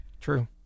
True